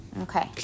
Okay